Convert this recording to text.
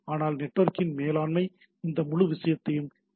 ஆனால் நெட்வொர்க்கின் மேலாண்மை இந்த முழு விஷயத்தையும் இயங்க வைக்கிறது